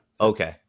Okay